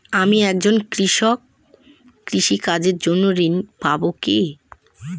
আমি একজন কৃষক কৃষি কার্যের জন্য ঋণ পাব কি?